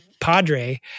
padre